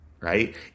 right